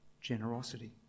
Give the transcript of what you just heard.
generosity